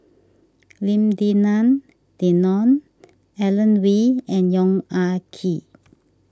Lim Denan Denon Alan Oei and Yong Ah Kee